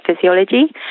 physiology